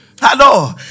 Hello